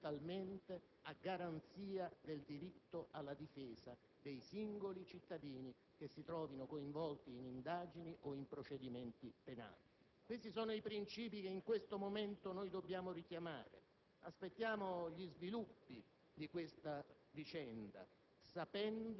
tra l'altro (ma noi dobbiamo dire fondamentalmente) a garanzia del diritto alla difesa dei singoli cittadini che si trovino coinvolti in indagini o in procedimenti penali. Questi sono i princìpi che in questo momento dobbiamo richiamare.